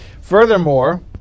Furthermore